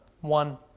one